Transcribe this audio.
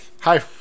hi